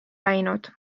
läinud